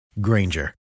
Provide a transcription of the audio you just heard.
Granger